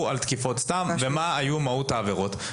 על תקיפות סתם ומה הייתה מהות העבירות.